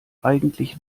eigentlich